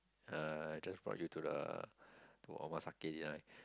uh I just brought you to the to omakase dinner